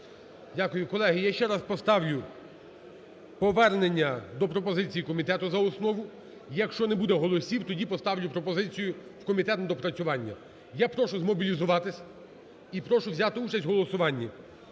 Дякую. Колеги, я ще раз поставлю повернення до пропозиції комітету за основу. Якщо не буде голосів, тоді поставлю пропозицію в комітет на доопрацювання. Я прошу змобілізуватись і прошу взяти участь в голосуванні.